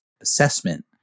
assessment